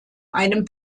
einem